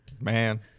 Man